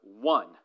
one